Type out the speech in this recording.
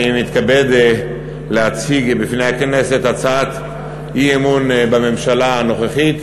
אני מתכבד להציג בפני הכנסת הצעת אי-אמון בממשלה הנוכחית,